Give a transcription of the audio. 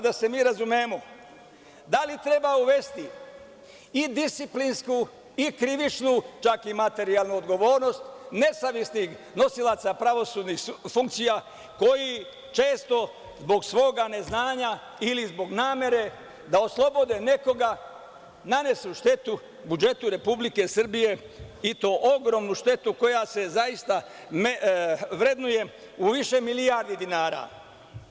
Da se mi razumemo, da li treba uvesti i disciplinsku i krivičnu, čak i materijalnu odgovornost nezavisnih nosilaca pravosudnih funkcija koji često zbog svog neznanja ili zbog namere da oslobode nekoga nanesu štetu budžetu Republike Srbije, i to ogromnu štetu koja se zaista vrednuje u više milijardi dinara?